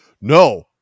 No